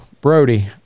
Brody